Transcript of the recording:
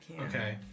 okay